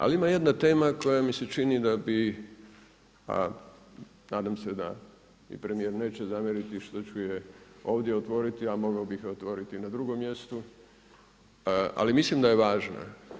Ali ima jedna tema koja mi se čini da bi, a nadam se da mi premijer neće zamjeriti što ću je ovdje otvoriti a mogao bih je otvoriti i na drugom mjestu ali mislim da je važna.